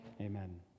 Amen